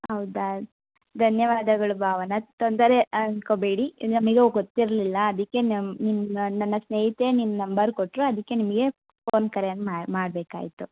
ಹೌದಾ ಧನ್ಯವಾದಗಳು ಭಾವನ ತೊಂದರೆ ಅಂದ್ಕೋಬೇಡಿ ಇಲ್ಲಿ ನಮಗೂ ಗೊತ್ತಿರಲಿಲ್ಲ ಅದಕ್ಕೆ ನಮ್ಮ ನಿಮ್ಮ ನನ್ನ ಸ್ನೇಹಿತೆ ನಿಮ್ಮ ನಂಬರ್ ಕೊಟ್ಟರು ಅದಕ್ಕೆ ನಿಮಗೆ ಫೋನ್ ಕರೆಯನ್ನು ಮಾಡಬೇಕಾಯ್ತು